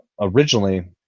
originally